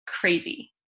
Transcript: crazy